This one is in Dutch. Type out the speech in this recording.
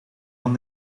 van